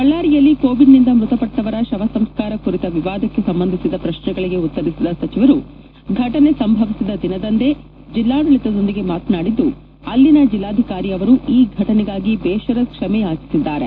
ಬಳ್ಳಾರಿಯಲ್ಲಿ ಕೋವಿಡ್ನಿಂದ ಮೃತಪಟ್ಟವರ ಶವಸಂಸ್ಗಾರ ಕುರಿತ ವಿವಾದಕ್ಕೆ ಸಂಬಂಧಿಸಿದ ಪ್ರಶ್ನೆಗಳಿಗೆ ಉತ್ತರಿಸಿದ ಸಚಿವರು ಘಟನೆ ಸಂಭವಿಸಿದ ದಿನದಂದೇ ಜಿಲ್ಲಾಡಳಿತದೊಂದಿಗೆ ಮಾತನಾಡಿದ್ದು ಅಲ್ಲಿನ ಜಿಲ್ಲಾಧಿಕಾರಿಯವರು ಈ ಘಟನೆಗಾಗಿ ಬೇಷರತ್ ಕ್ಷಮೆಯಾಚಿಸಿದ್ದಾರೆ